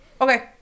okay